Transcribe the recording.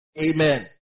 Amen